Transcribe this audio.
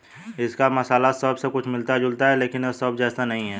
इसका मसाला सौंफ से कुछ मिलता जुलता है लेकिन यह सौंफ जैसा नहीं है